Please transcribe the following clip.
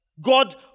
God